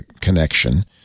connection